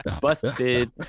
busted